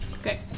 Okay